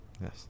Yes